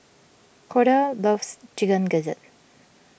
Corda loves Chicken Gizzard